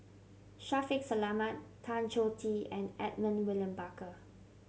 Shaffiq Selamat Tan Choh Tee and Edmund William Barker